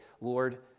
Lord